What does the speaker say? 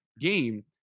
game